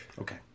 Okay